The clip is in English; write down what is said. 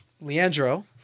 Leandro